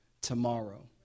tomorrow